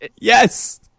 Yes